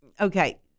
Okay